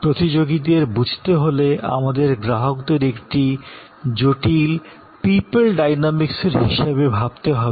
প্রতিযোগীদের বুঝতে হলে আমাদের গ্রাহকদের একটি কমপ্লেক্স পিপল ডাইনামিক্স হিসাবে ভাবতে হবে